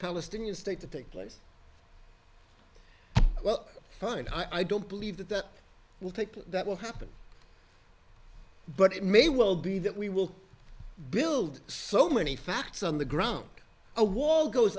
palestinian state to take place well fine i don't believe that that will take that will happen but it may well be that we will build so many facts on the ground a wall goes